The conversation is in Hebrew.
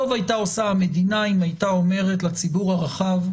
טוב הייתה עושה המדינה אם הייתה אומרת לציבור הרחב,